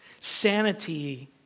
Sanity